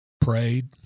prayed